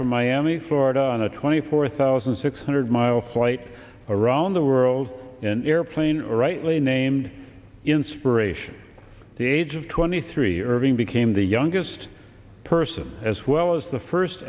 from miami florida on a twenty four thousand six hundred mile flight around the world in airplane rightly named inspiration the age of twenty three irving became the youngest person as well as the first